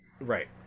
right